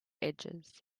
edges